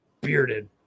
bearded